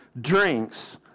drinks